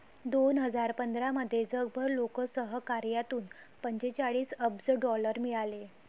दोन हजार पंधरामध्ये जगभर लोकसहकार्यातून पंचेचाळीस अब्ज डॉलर मिळाले